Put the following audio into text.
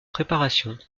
préparation